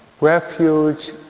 refuge